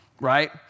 right